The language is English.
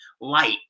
light